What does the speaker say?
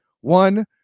One